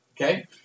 Okay